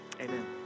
Amen